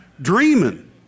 dreaming